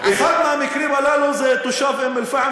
אחד מהמקרים הללו זה תושב אום-אלפחם